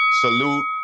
salute